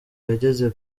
yageze